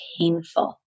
painful